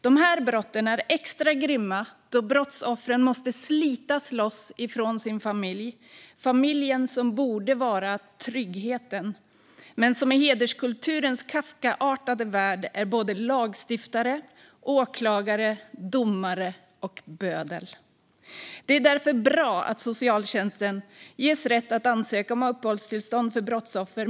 Dessa brott är extra grymma då brottsoffren måste slita sig loss från sin familj - den familj som borde vara tryggheten men som i hederskulturens kafkaartade värld är både lagstiftare, åklagare, domare och bödel. Det är därför bra att socialtjänsten ges rätt att ansöka om uppehållstillstånd för brottsoffer.